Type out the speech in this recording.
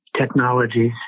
technologies